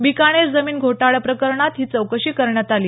बिकानेर जमीन घोटाळा प्रकरणात ही चौकशी करण्यात आली